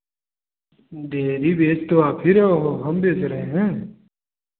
dairy बेच तो आप ही रहो हो हम बेच रहे हैं